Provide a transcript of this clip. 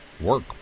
work